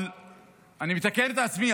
אבל אני מתקן את עצמי: